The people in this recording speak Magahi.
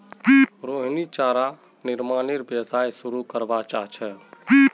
रोहिणी चारा निर्मानेर व्यवसाय शुरू करवा चाह छ